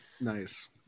nice